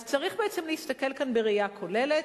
אז צריך בעצם להסתכל כאן בראייה כוללת.